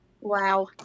Wow